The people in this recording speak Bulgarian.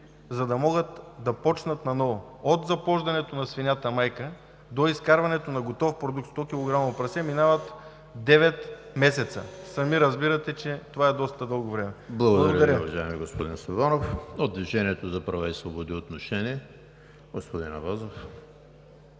за да могат да почнат наново – от заплождането на свинята майка до изкарването на готов продукт 100-килограмово прасе, минават девет месеца. Сами разбирате, че това е доста дълго време. Благодаря.